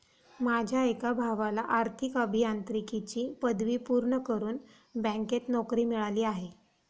माझ्या एका भावाला आर्थिक अभियांत्रिकीची पदवी पूर्ण करून बँकेत नोकरी मिळाली आहे